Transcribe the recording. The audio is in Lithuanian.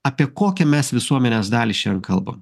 apie kokią mes visuomenės dalį kalbam